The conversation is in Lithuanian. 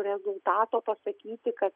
rezultato to sakyti kad